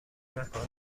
مکان